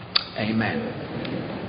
Amen